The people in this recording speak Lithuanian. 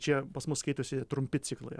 čia pas mus skaitosi trumpi ciklai